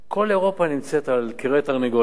כל אירופה נמצאת על כרעי תרנגולת.